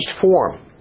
form